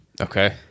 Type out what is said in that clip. Okay